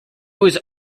was